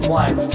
one